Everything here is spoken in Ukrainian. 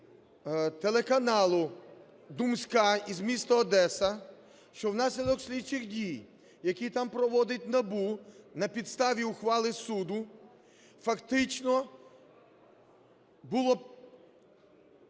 телеканалу "Думская" із міста Одеса, що внаслідок слідчих дій, які там проводить НАБУ, на підставі ухвали суду фактично було